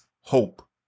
hope